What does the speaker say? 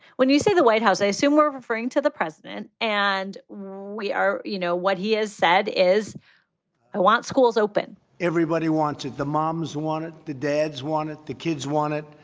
when you say the white house, i assume you're referring to the president and we are. you know, what he has said is i want schools open everybody wanted. the moms want. the dads wanted. the kids want it.